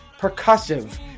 percussive